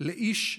לאיש אחד,